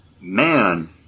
Man